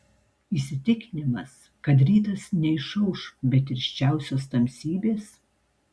įsitikinimas kad rytas neišauš be tirščiausios tamsybės